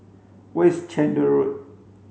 where is Chander Road